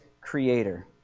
Creator